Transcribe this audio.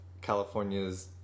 California's